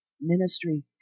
ministry